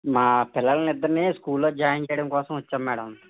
మా పిల్లల్నీ ఇద్దరిని స్కూల్లో జాయిన్ చెయ్యడం కోసం వచ్చాము మేడం